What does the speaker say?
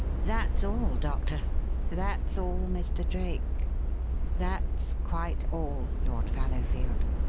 that's all, doctor that's all, mr. drake that's quite all, lord fallowfield.